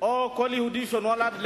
ובכל יהודי שנולד כאן,